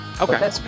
Okay